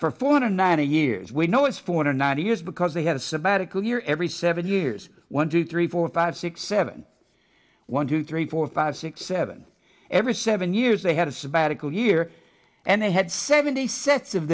hundred ninety years we know it's for ninety years because they had a sabbatical year every seven years one two three four five six seven one two three four five six seven every seven years they had a sabbatical year and they had seventy sets of